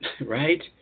right